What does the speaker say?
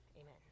Amen